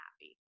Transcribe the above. happy